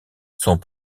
sont